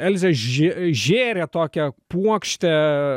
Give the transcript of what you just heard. elzei že žėrė tokią puokštę